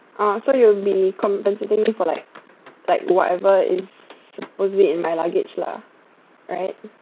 ah so you may be compensating me for like like whatever is supposedly in my luggage lah right